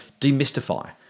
demystify